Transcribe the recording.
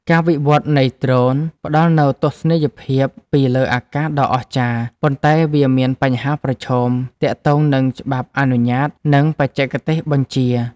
ការវិវត្តនៃដ្រូន ផ្ដល់នូវទស្សនីយភាពពីលើអាកាសដ៏អស្ចារ្យ ប៉ុន្តែវាមានបញ្ហាប្រឈមទាក់ទងនឹងច្បាប់អនុញ្ញាត និងបច្ចេកទេសបញ្ជា។